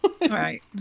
right